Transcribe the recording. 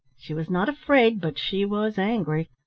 she was not afraid, but she was angry.